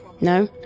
no